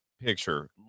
picture